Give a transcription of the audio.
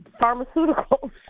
pharmaceuticals